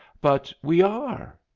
but we are.